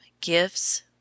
gifts